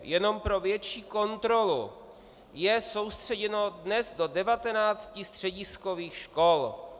Jenom pro větší kontrolu je soustředěno dnes do 19 střediskových škol.